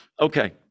Okay